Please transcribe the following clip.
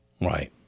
Right